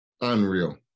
Unreal